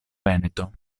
veneto